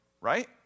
Right